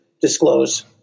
disclose